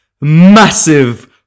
massive